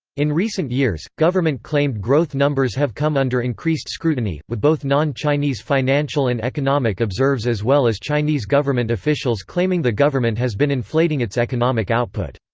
in recent years, government claimed growth numbers have come under increased scrutiny, with both non-chinese financial and economic observes as well as chinese government officials claiming the government has been inflating its economic output.